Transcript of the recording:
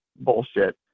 bullshit